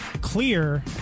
clear